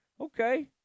Okay